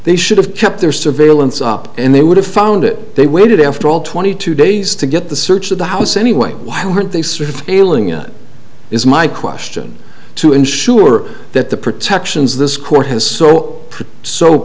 they should have kept their surveillance up and they would have found it they waited after all twenty two days to get the search of the house anyway why weren't they surveilling it is my question to ensure that the protections this court has so